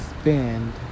spend